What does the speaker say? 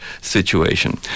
situation